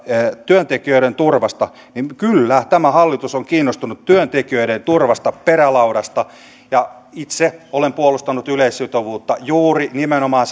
työntekijöiden turvasta niin kyllä tämä hallitus on kiinnostunut työntekijöiden turvasta perälaudasta ja itse olen puolustanut yleissitovuutta juuri nimenomaan